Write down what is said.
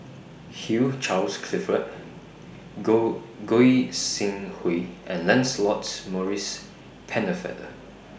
Hugh Charles Clifford Go Goi Seng Hui and Lancelot Maurice Pennefather